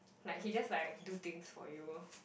like he just like do things for you